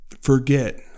forget